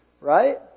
right